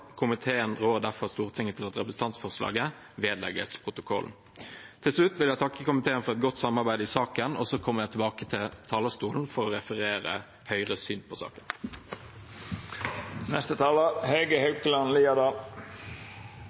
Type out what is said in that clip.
Komiteen rår derfor Stortinget til at representantforslaget vedlegges protokollen. Til slutt vil jeg takke komiteen for et godt samarbeid i saken. Så kommer jeg tilbake til talerstolen for å referere Høyres syn på saken.